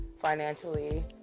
financially